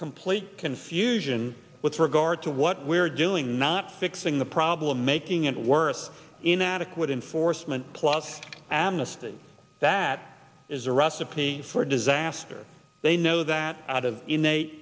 complete confusion with regard to what we're doing not fixing the problem making it worse inadequate enforcement plus adding a space that is a recipe for disaster they know that out of innate